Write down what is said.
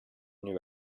new